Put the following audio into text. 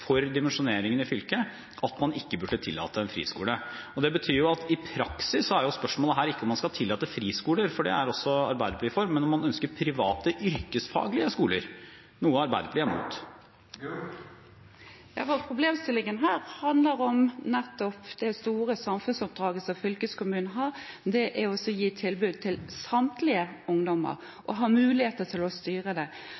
for dimensjoneringen i fylket at man ikke burde tillate en friskole, er en vurdering som departementet gjør på et faglig grunnlag. Det betyr i praksis at spørsmålet her ikke er om man skal tillate friskoler, for det er også Arbeiderpartiet for, men om man ønsker private yrkesfaglige skoler – noe Arbeiderpartiet er imot. Problemstillingen her handler om det store samfunnsoppdraget som fylkeskommunen har, nemlig å gi et tilbud til samtlige ungdommer